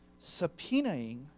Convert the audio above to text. subpoenaing